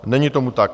Není tomu tak.